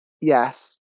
yes